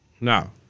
No